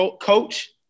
Coach